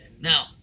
now